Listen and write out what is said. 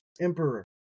Emperor